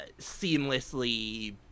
seamlessly